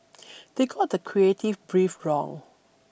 they got the creative brief wrong